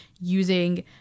using